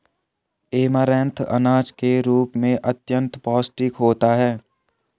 amaranth अनाज के रूप में अत्यंत पौष्टिक होता है